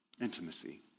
Intimacy